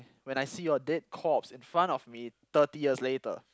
when I see your dead corpse in front of me thirty years later